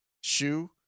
shoe